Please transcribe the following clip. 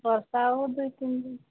ବର୍ଷା ହୋଉ ଦୁଇ ତିନ୍ ଦିନ୍